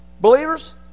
Believers